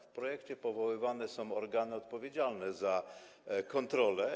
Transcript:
W projekcie powoływane są organy odpowiedzialne za kontrole.